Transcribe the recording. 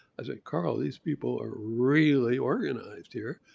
i said, carl these people are really organized here.